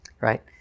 right